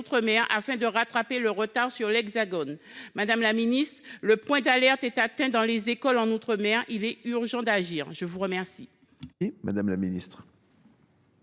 afin de rattraper le retard sur l’Hexagone ? Madame la ministre, la cote d’alerte est atteinte dans les écoles en outre mer. Il est urgent d’agir ! La parole est à Mme la ministre